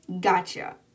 Gotcha